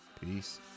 peace